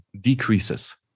decreases